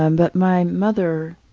and but my mother